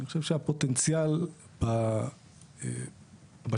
אני חושב שהפוטנציאל בשטח,